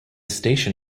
station